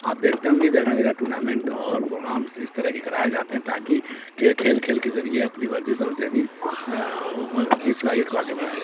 آپ دیکھتے ہوں گے جگہ جگہ ٹورنامنٹ اور پروگرامس اس طرح کی کرائے جاتے ہیں تاکہ کھیل کھیل کے ذریعے اپنی ورزش اور ذہنی کی صلاحیت کو آگے بڑھایا جائے